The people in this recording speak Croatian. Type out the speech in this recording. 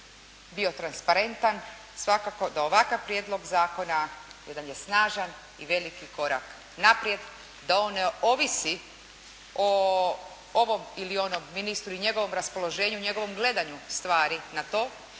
bio transparentan, svakako da ovakav prijedlog zakona jedan je snažan i veliki korak naprijed, da on ne ovisi o ovom ili onom ministru i njegovom raspoloženju i njegovom gledanju stvari na to,